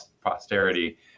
posterity